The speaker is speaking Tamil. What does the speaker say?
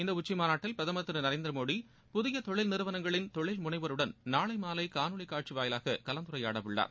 இந்த உச்சிமாநாட்டில் பிரதமர் திரு நரேந்திரமோடி புதிய தொழில் நிறுவனங்களின் தொழில் முனைவோருடன் நாளை மாலை காணொலி காட்சி வாயலாக கலந்துரையாடவுள்ளார்